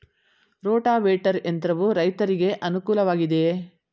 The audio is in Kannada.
ರೋಟಾವೇಟರ್ ಯಂತ್ರವು ರೈತರಿಗೆ ಅನುಕೂಲ ವಾಗಿದೆಯೇ?